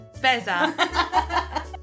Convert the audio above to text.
Beza